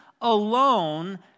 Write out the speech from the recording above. alone